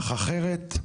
אך אחרת,